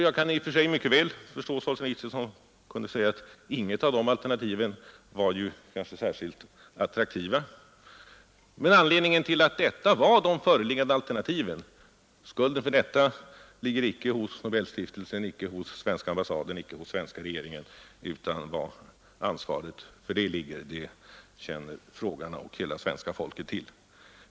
Jag kan i och för sig mycket väl förstå Solsjenitsyn, som kunde säga att inget av de här alternativen var särskilt attraktivt. Men skulden till att detta var de föreliggande alternativen ligger icke hos Nobelstiftelsen, icke hos svenska ambassaden, icke hos svenska regeringen, utan var ansvaret för det ligger känner frågarna och hela svenska folket till.